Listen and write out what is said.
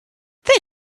they